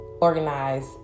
organize